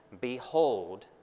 Behold